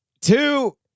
two